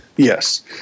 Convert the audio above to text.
Yes